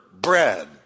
bread